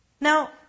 Now